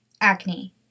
acne